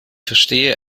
verstehe